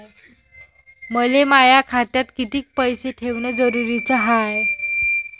मले माया खात्यात कितीक पैसे ठेवण जरुरीच हाय?